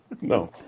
No